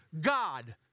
God